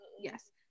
yes